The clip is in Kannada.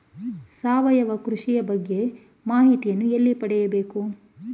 ಸಾವಯವ ಕೃಷಿಯ ಬಗ್ಗೆ ಮಾಹಿತಿಯನ್ನು ಎಲ್ಲಿ ಪಡೆಯಬೇಕು?